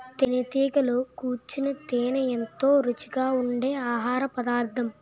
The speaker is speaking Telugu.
తేనెటీగలు కూర్చిన తేనే ఎంతో రుచిగా ఉండె ఆహారపదార్థం